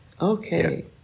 Okay